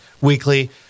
weekly